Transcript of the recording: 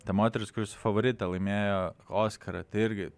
ta moteris kuri su favorita laimėjo oskarą tai irgi